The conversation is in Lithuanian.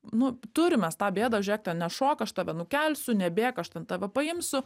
nu turim mes tą bėdą žiūrėk ten nešok aš tave nukelsiu nebėk aš ten tave paimsiu